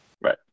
Right